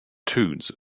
tunes